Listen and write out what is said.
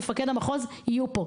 מפקד המחוז יהיו פה.